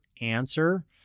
answer